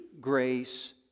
grace